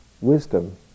wisdom